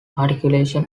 articulation